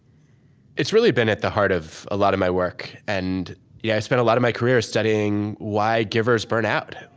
it's really been at the heart of a lot of my work. and yeah i spent a lot of my career studying why givers burn out,